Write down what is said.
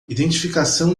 identificação